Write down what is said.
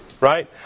Right